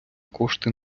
кошти